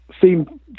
seem